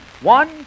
One